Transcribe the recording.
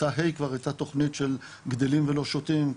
בכיתה ה' כבר הייתה תוכנית של גדלים ולא שותים,